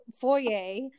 foyer